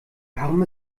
warum